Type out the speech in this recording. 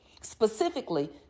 specifically